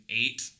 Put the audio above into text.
eight